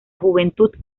juventud